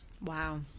Wow